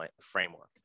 framework